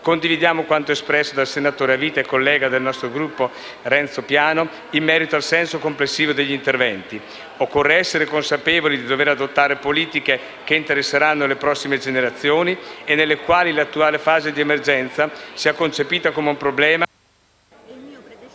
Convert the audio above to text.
Condividiamo quanto espresso dal senatore a vita e collega del nostro Gruppo, Renzo Piano, in merito al senso complessivo degli interventi. Occorre essere consapevoli di dover adottare politiche che interesseranno le prossime generazioni e nelle quali l'attuale fase di emergenza sia concepita come un problema...